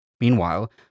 Meanwhile